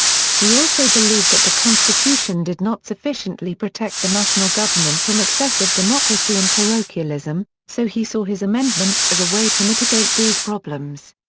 he also believed that the constitution did not sufficiently protect the national government from excessive democracy and parochialism, so he saw his amendments as a way to mitigate these problems.